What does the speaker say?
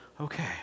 okay